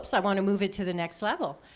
so i want to move it to the next level.